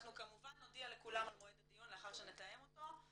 אנחנו כמובן נודיע לכולם על מועד הדיון לאחר שנתאם אותו.